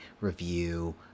review